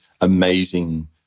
amazing